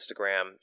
Instagram